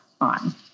on